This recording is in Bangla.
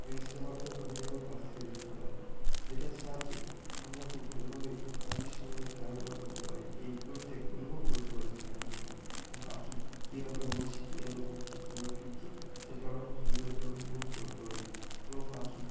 লেন্সের মাধ্যমে পাখিটা খুব কাছ থেকে দেখতে পাওয়া যায় যেটার সাহয্যে আমরা খুব ভালোভাবে পাখির সঙ্গে খেলাধুলা করতে পারি এই দূর থেকে অনুভব করতে পারি খেলাধুলা করা এবং পাখি কীভাবে নড়ছে কীভাবে ঘুরছে কীভাবে ফিরছে সেটা আমরা খুব সুন্দরভাবে অনুভব করতে পারি এবং পাখি